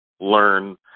learn